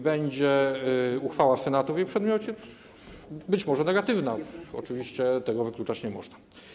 Będzie uchwała Senatu w jej przedmiocie, być może negatywna, tego oczywiście wykluczać nie można.